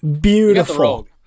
beautiful